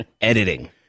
editing